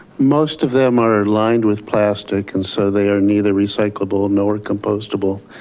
most of them are lined with plastic, and so they are neither recyclable nor compostable.